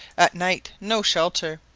at night, no shelter!